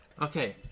Okay